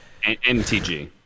MTG